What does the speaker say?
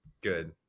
Good